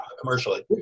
commercially